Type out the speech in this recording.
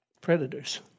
predators